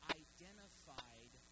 identified